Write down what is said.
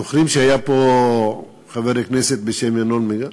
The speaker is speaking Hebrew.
זוכרים שהיה פה חבר כנסת בשם ינון מגל?